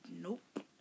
Nope